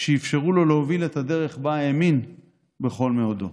שאפשרו לו להוביל את הדרך שבה האמין בכל מאודו.